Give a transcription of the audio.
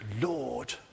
Lord